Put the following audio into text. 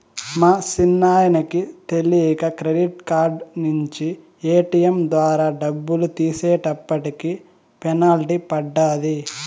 మా సిన్నాయనకి తెలీక క్రెడిట్ కార్డు నించి ఏటియం ద్వారా డబ్బులు తీసేటప్పటికి పెనల్టీ పడ్డాది